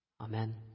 Amen